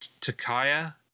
Takaya